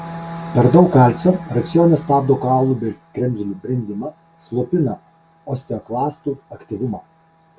per daug kalcio racione stabdo kaulų bei kremzlių brendimą slopina osteoklastų aktyvumą